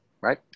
right